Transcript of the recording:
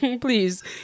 Please